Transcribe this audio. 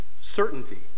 certainty